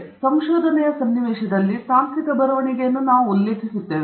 ಹಾಗಾಗಿ ಸಂಶೋಧನೆಯ ಸನ್ನಿವೇಶದಲ್ಲಿ ತಾಂತ್ರಿಕ ಬರವಣಿಗೆಯನ್ನು ನಾವು ಉಲ್ಲೇಖಿಸುತ್ತೇವೆ